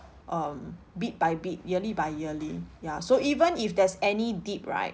um bit by bit yearly by yearly ya so even if there's any dip right